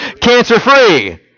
Cancer-free